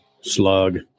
Slug